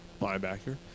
linebacker